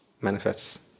manifests